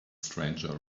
stranger